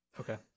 okay